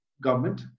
government